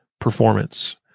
performance